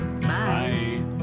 Bye